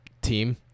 team